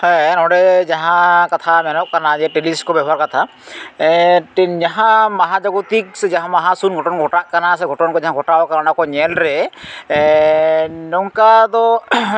ᱦᱮᱸ ᱱᱚᱸᱰᱮ ᱡᱟᱦᱟᱸ ᱠᱟᱛᱷᱟ ᱢᱮᱱᱚᱜ ᱠᱟᱱᱟ ᱡᱮ ᱴᱮᱞᱤᱥᱠᱳᱯ ᱵᱮᱵᱚᱦᱟᱨ ᱠᱟᱛᱷᱟ ᱡᱟᱦᱟᱸ ᱢᱟᱦᱟᱡᱟᱜᱚᱛᱤᱠ ᱥᱮ ᱡᱟᱦᱟᱸ ᱢᱟᱦᱟᱥᱩᱱ ᱜᱷᱚᱴᱚᱱ ᱜᱷᱚᱴᱟᱜ ᱠᱟᱱᱟ ᱥᱮ ᱜᱷᱚᱴᱚᱱ ᱠᱚ ᱡᱟᱦᱟᱸ ᱜᱷᱚᱴᱟᱣ ᱠᱟᱱᱟ ᱚᱱᱟ ᱠᱚ ᱧᱮᱞ ᱨᱮ ᱱᱚᱝᱠᱟ ᱫᱚ